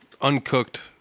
uncooked